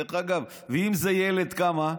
דרך אגב, ואם זה ילד, כמה?